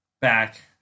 back